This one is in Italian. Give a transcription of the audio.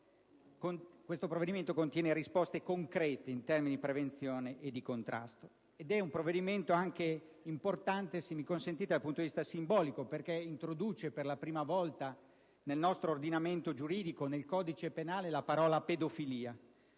Questo provvedimento contiene risposte concrete in termini di prevenzione e di contrasto. Se mi consentite, è un provvedimento importante anche dal punto di vista simbolico perché introduce per la prima volta nel nostro ordinamento giuridico e nel codice penale la parola «pedofilia»,